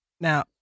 Now